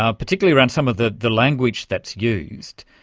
um particularly around some of the the language that's used.